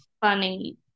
Funny